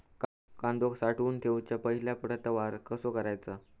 कांदो साठवून ठेवुच्या पहिला प्रतवार कसो करायचा?